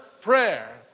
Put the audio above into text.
prayer